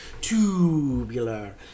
Tubular